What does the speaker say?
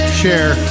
share